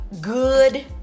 good